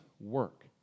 work